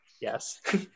yes